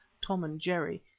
tom and jerry,